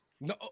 No